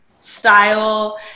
style